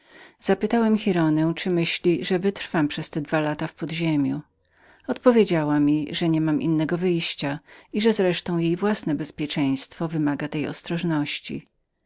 zapytałem giraldę czyli myślała że będę zmuszonym przepędzić te dwa lata w podziemiu odpowiedziała mi że nie mogłem nic stosowniejszego uczynić i że wreszcie jej własne bezpieczeństwo wymagało tej ostrożności